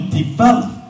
develop